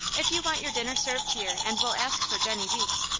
if you want your dinner served here and will ask for jennie weeks,